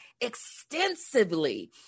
extensively